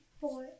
Four